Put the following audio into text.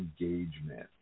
Engagement